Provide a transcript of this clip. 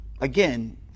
Again